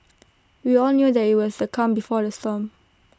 we all knew that IT was the calm before the storm